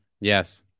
Yes